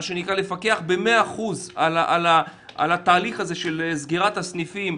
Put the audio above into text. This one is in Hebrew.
מה שנקרא לפקח במאה אחוז על התהליך הזה של סגירת הסניפים,